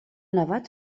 nevat